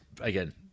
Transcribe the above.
again